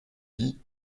vie